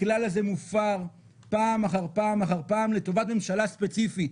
הכלל הזה מופר פעם אחר פעם אחר פעם לטובת ממשלה ספציפית.